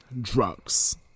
Drugs